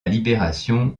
libération